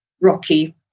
rocky